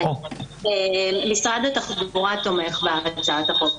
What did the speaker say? משרד התחבורה תומך בהצעת החוק.